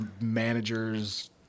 manager's